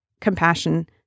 compassion